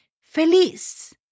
feliz